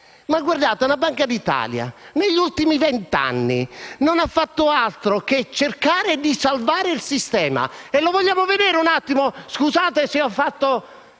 un tempio. La Banca d'Italia, negli ultimi vent'anni, non ha fatto altro che cercare di salvare il sistema. Vogliamo vederlo un attimo? Scusate se faccio